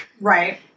Right